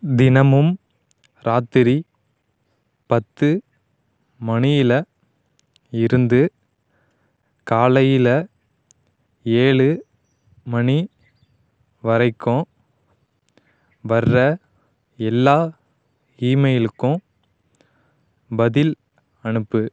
தினமும் இராத்திரி பத்து மணியில் இருந்து காலையில் ஏழு மணி வரைக்கும் வர்ற எல்லா இமெயிலுக்கும் பதில் அனுப்பு